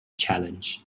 challenge